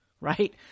right